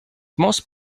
most